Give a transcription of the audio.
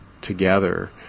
together